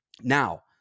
now